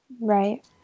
Right